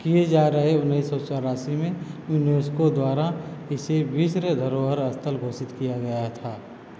किए जा रहे उन्नीस सौ चौरासी में यूनेस्को द्वारा इसे विश्र धरोहर स्थल घोषित किया गया था